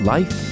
Life